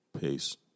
Peace